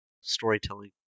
storytelling